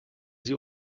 sie